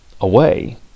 away